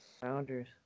Founders